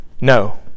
No